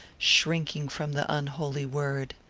shrinking from the unholy word.